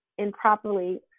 improperly